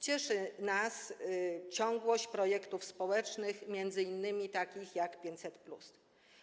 Cieszy nas ciągłość projektów społecznych, m.in. takich jak 500+.